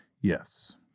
Yes